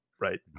Right